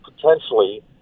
potentially